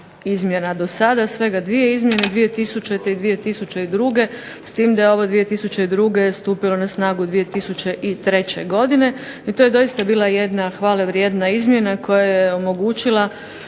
izmjena do sada, svega dvije izmjene 2000. i 2002., s tim da je ovo 2002. stupilo na snagu 2003. godine, i to je doista bila jedna hvalevrijedna izmjena koja je omogućila